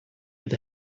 with